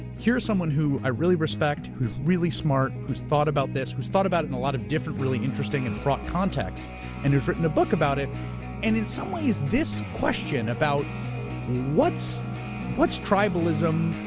here's someone who i really respect, who's really smart, who's thought about this, who's thought about it in a lot of different, really interesting and fraught context and who's written a book about it. and in some ways this question about what's what's tribalism,